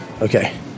Okay